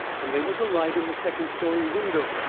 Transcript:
and they was a light in the second-story window.